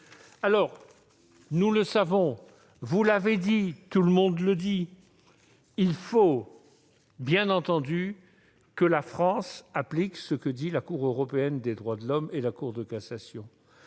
loi. » Nous le savons, vous l'avez dit, et tout le monde le dit, il faut que la France applique ce que disent la Cour européenne des droits de l'homme et la Cour de cassation.